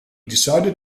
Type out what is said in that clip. decided